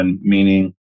meaning